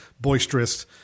boisterous